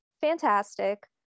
fantastic